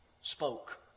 spoke